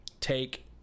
take